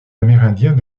amérindiens